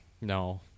no